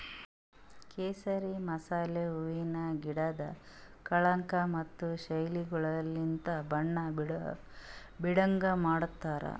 ಕೇಸರಿ ಮಸಾಲೆ ಹೂವಿಂದ್ ಗಿಡುದ್ ಕಳಂಕ ಮತ್ತ ಶೈಲಿಗೊಳಲಿಂತ್ ಬಣ್ಣ ಬೀಡಂಗ್ ಮಾಡ್ತಾರ್